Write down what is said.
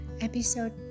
episode